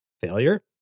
failure